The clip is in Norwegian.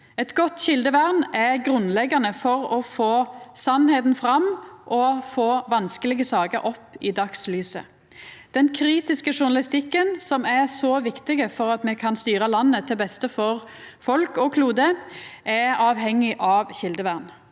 Eit godt kjeldevern er grunnleggjande for å få sanninga fram og vanskelege saker opp i dagslyset. Den kritiske journalistikken, som er så viktig for at me kan styra landet til beste for folk og klode, er avhengig av kjeldevern.